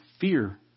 fear